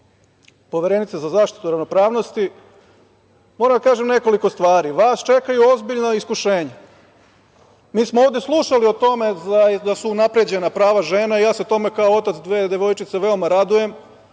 Poverenice za zaštitu ravnopravnosti, moram da kažem nekoliko stvari. Vas čekaju ozbiljna iskušenja. Mi smo ovde slušali o tome da su unapređena prava žena, ja se tome kao otac dve devojčice veoma radujem.